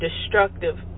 destructive